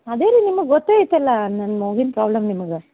ಅದೇ ರೀ ನಿಮಗೆ ಗೊತ್ತೇ ಐತಲಾ ನನ್ನ ಮೂಗಿಂದು ಪ್ರಾಬ್ಲಮ್ ನಿಮಗೆ